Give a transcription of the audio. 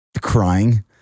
crying